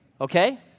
okay